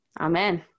Amen